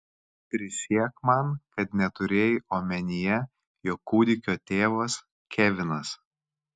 prisiek man kad neturėjai omenyje jog kūdikio tėvas kevinas